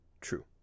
True